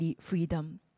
freedom